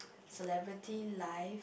celebrity life